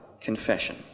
confession